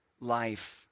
life